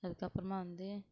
அதுக்கப்புறமா வந்து